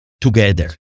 together